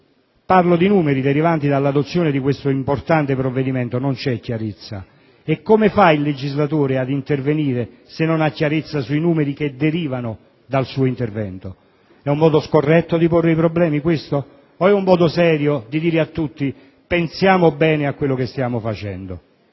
parlo di numeri - derivanti dall'adozione di questo importante provvedimento non c'è chiarezza. Come fa allora il legislatore ad intervenire se non vi è chiarezza sui numeri che derivano dal suo intervento? È un modo scorretto di porre i problemi, questo, o è un modo serio dire a tutti: pensiamo bene a quello che stiamo facendo?